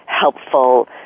helpful